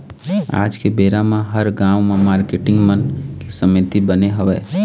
आज के बेरा म हर गाँव म मारकेटिंग मन के समिति बने हवय